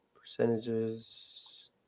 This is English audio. Percentages